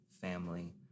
family